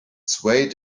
swayed